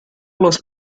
los